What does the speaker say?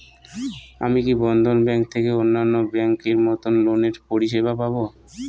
আমি কি বন্ধন ব্যাংক থেকে অন্যান্য ব্যাংক এর মতন লোনের পরিসেবা পাব?